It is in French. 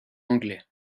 anglais